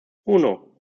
uno